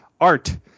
Art